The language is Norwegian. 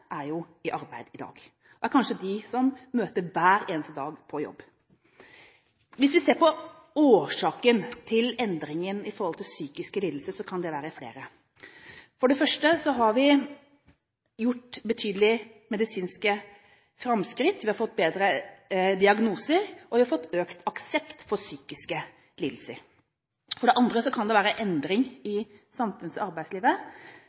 er jo i arbeid i dag. Det er kanskje de som møter hver eneste dag på jobb. Hvis vi ser på årsakene til endringer når det gjelder psykiske lidelser, kan de være flere. For det første har vi gjort betydelige medisinske framskritt, vi har fått bedre diagnoser og vi har fått økt aksept for psykiske lidelser. For det andre kan det være endring i samfunns- og arbeidslivet,